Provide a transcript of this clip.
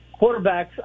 Quarterbacks